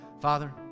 Father